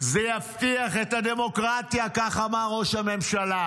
זה יבטיח את הדמוקרטיה", כך אמר ראש הממשלה.